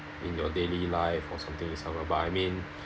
in your daily life or something itself but I mean